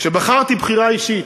כשבחרתי בחירה אישית,